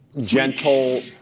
gentle